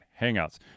Hangouts